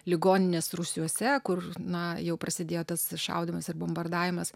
ligoninės rūsiuose kur na jau prasidėjo tas šaudymas ir bombardavimas